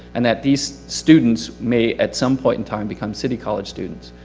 and that these students may at some point and time become city college students.